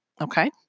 Okay